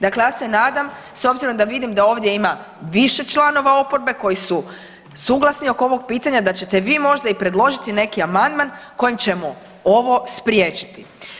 Dakle, ja se nadam s obzirom da vidim da ovdje ima više članova oporbe koji su suglasni oko ovog pitanja da ćete vi možda i predložiti neki amandman kojim ćemo ovo spriječiti.